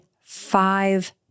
five